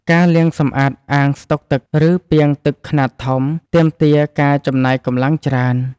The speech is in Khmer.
ការលាងសម្អាតអាងស្តុកទឹក ឬពាងទឹកខ្នាតធំ ទាមទារការចំណាយកម្លាំងច្រើន។